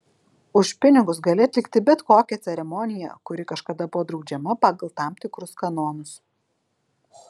už pinigus gali atlikti bet kokią ceremoniją kuri kažkada buvo draudžiama pagal tam tikrus kanonus